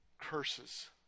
curses